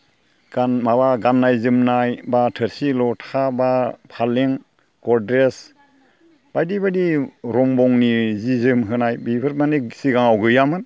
माबा गाननाय जोमनाय एबा थोरसि लथा एबा फलें गद्रेज बायदि बायदि रं बंनि जि जोम होनाय बेफोर मानि सिगाङाव गैयामोन